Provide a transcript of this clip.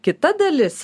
kita dalis